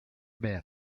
men